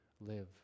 live